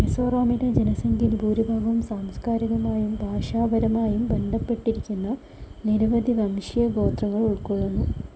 മിസോറാമിലെ ജനസംഖ്യയിൽ ഭൂരിഭാഗവും സാംസ്കാരികമായും ഭാഷാപരമായും ബന്ധപ്പെട്ടിരിക്കുന്ന നിരവധി വംശീയ ഗോത്രങ്ങൾ ഉൾക്കൊള്ളുന്നു